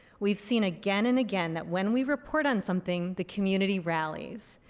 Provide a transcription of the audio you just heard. we've seen again and again that when we report on something the community rallies.